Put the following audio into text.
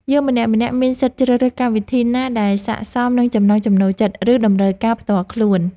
យើងម្នាក់ៗមានសិទ្ធិជ្រើសរើសកម្មវិធីណាដែលស័ក្តិសមនឹងចំណង់ចំណូលចិត្ត ឬ តម្រូវការផ្ទាល់ខ្លួន។